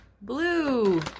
blue